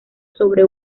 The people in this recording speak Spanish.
sobre